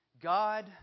God